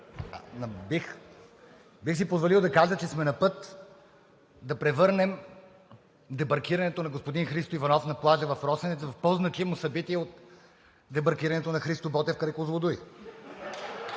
Бих си позволил да кажа, че сме на път да превърнем дебаркирането на господин Христо Иванов на плажа в „Росенец“ в по-значимо събитие от дебаркирането на Христо Ботев край Козлодуй.